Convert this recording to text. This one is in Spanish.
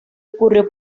ocurrió